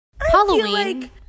Halloween